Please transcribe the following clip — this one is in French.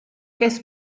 cass